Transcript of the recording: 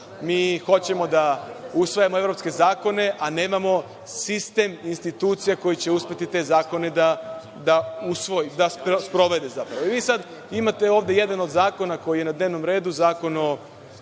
Mi hoćemo da usvajamo evropske zakone, a nemamo sistem institucija koji će uspeti te zakone da sprovede. Sada imate ovde jedan od zakona koji je na dnevnom redu – Zakon o